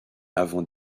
avant